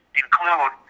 include